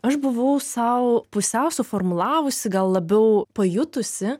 aš buvau sau pusiau suformulavusi gal labiau pajutusi